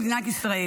קצה: